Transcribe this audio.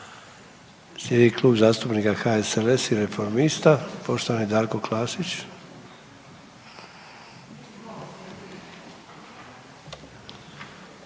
Slijedi Klub zastupnika HSLS-a i Reformista. Poštovani Darko Klasić.